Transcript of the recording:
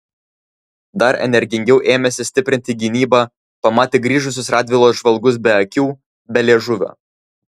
dar energingiau ėmėsi stiprinti gynybą pamatę grįžusius radvilos žvalgus be akių be liežuvio